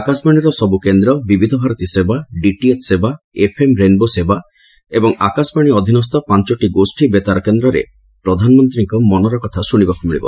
ଆକାଶବାଶୀର ସବୁ କେନ୍ଦ ବିବିଧ ଭାରତୀ ସେବା ଡିଟିଏଚ୍ ସେବା ଏଫ୍ଏମ୍ ରେନ୍ବୋ ସେବା ଏବଂ ଆକାଶବାଣୀ ଅଧୀନସ୍ଥ ପାଞ୍ଚଟି ଗୋଷୀ ବେତାର କେନ୍ଦ୍ରରେ ପ୍ରଧାନମନ୍ତୀଙ୍କ ମନର କଥା ଶ୍ରଶିବାକ ମିଳିବ